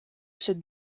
cette